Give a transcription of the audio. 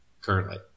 currently